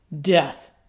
death